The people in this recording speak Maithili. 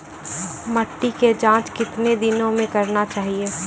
मिट्टी की जाँच कितने दिनों मे करना चाहिए?